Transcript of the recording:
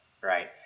right